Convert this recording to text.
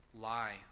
lie